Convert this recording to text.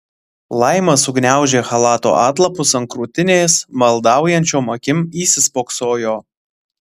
laima sugniaužė chalato atlapus ant krūtinės maldaujančiom akim įsispoksojo